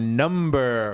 number